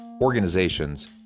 organizations